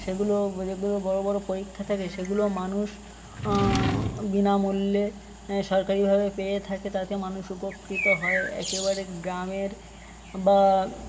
সেগুলো যেগুলো বড় বড় পরীক্ষা থাকে সেগুলো মানুষ বিনামূল্যে সরকারিভাবে পেয়ে থাকে তাতে মানুষ উপকৃত হয় একেবারে গ্রামের বা